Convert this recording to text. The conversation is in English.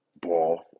ball